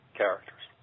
characters